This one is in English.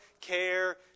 care